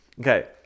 Okay